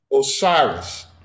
Osiris